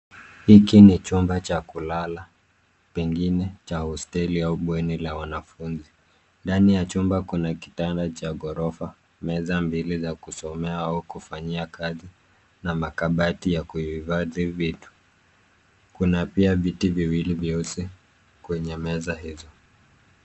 Hiki ni chumba cha kulala, pengine cha hosteli au bweni la wanafunzi. Ndani ya chumba kuna kitanda cha ghorofa, meza mbili za kusomea au kufanyia kazi na makabati ya kuhifadhi vitu. Kuna pia viti viwili vyeusi kwenye meza hizo.